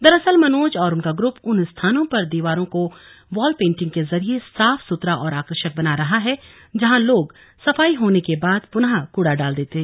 दरअसल मनोज और उनका ग्रुप उन स्थानों पर दीवारों को वॉल पेंटिंग के जरिए साफ सुथरा और आकर्षक बना रहा है जहां लोग सफाई होने के बाद पुनः कूड़ा डालते थे